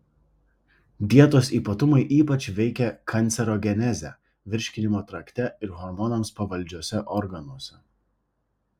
dietos ypatumai ypač veikia kancerogenezę virškinimo trakte ir hormonams pavaldžiuose organuose